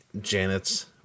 Janet's